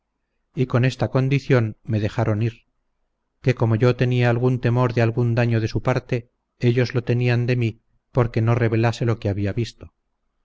y con esta condición me dejaron ir que como yo tenía algún temor de algún daño de su parte ellos lo tenían de mí porque no revelase lo que había visto